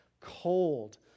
cold